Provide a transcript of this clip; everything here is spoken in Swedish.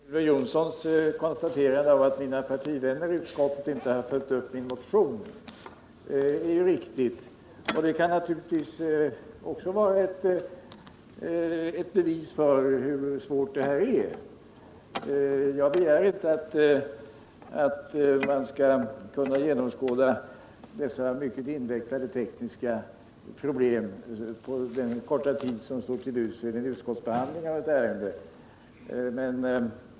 Herr talman! Elver Jonssons konstaterande att mina partivänner i utskottet inte har följt upp min motion är riktigt. Det kan naturligtvis också vara ett bevis för hur svårt det här är. Jag begär inte att man skall kunna genomskåda dessa mycket invecklade tekniska problem på den korta tid som står till buds vid en utskottsbehandling av ett ärende.